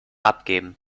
abgeben